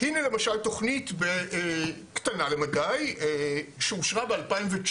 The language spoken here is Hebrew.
הנה למשל תוכנית קטנה למדי שאושרה ב-2019,